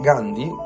Gandhi